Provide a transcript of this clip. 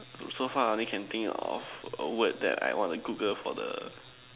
so far I only can think of a word that I want to Google for the